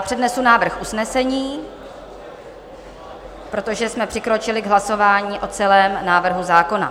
Přednesu návrh usnesení, protože jsme přikročili k hlasování o celém návrhu zákona.